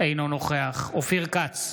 אינו נוכח אופיר כץ,